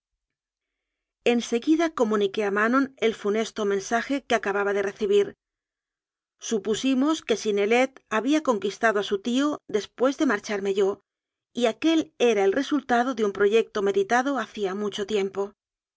comuniqué a manon el funesto men saje que acababa de recibir supusimos que syn nelet había conquistado a su tío después de mar charme yo y aquel era el resultado de un proyec to meditado hacía mucho tiempo